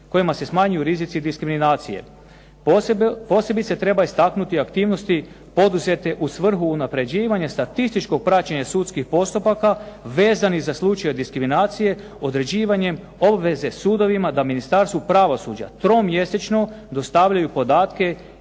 kojima se smanjuju rizici diskriminacije. Posebice treba istaknuti aktivnosti poduzete u svrhu unapređivanja statističkog praćenja sudskih postupaka vezanih za slučajeve diskriminacije određivanjem obveze sudovima da Ministarstvu pravosuđa tromjesečno dostavljaju podatke